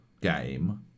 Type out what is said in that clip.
game